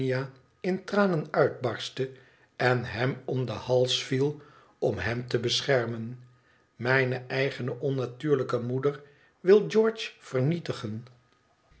in tranen uitbarste en hem om den hals viel om hem te beschermen mijne eigene onnatuurlijke moeder wil george vernietigen